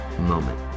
moment